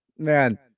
Man